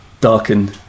darken